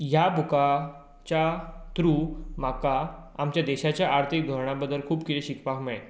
ह्या बुकाच्या थ्रू म्हाका आमच्या देशाच्या आर्थीक धोरणां बद्दल खूब कितें शिकपा मेळ्ळें